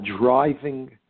driving